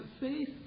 faith